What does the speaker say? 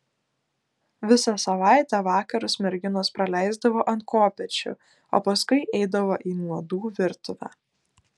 visą savaitę vakarus merginos praleisdavo ant kopėčių o paskui eidavo į nuodų virtuvę